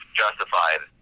justified